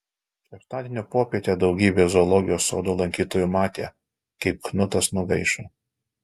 šeštadienio popietę daugybė zoologijos sodo lankytojų matė kaip knutas nugaišo